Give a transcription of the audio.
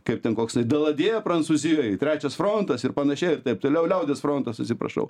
kaip ten koksai deladjė prancūzijoj trečias frontas ir panašiai ir taip toliau liaudies frontas atsiprašau